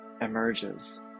emerges